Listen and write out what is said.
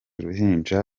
uruhinja